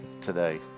today